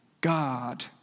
God